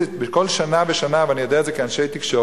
בכל שנה ושנה, ואני יודע את זה כאיש תקשורת,